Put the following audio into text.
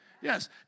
Yes